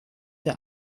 der